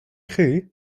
chi